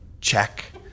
Check